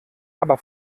aber